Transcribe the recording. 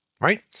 right